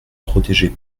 protégés